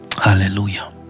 hallelujah